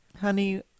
Honey